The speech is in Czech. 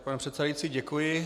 Pane předsedající, děkuji.